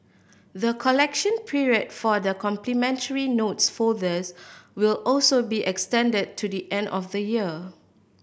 the collection period for the complimentary notes folders will also be extended to the end of the year